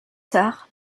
tard